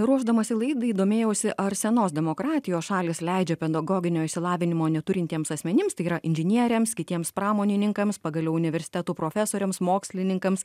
ruošdamasi laidai domėjausi ar senos demokratijos šalys leidžia pedagoginio išsilavinimo neturintiems asmenims tai yra inžinieriams kitiems pramonininkams pagaliau universitetų profesoriams mokslininkams